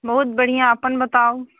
बहुत बढ़िआँ अपन बताउ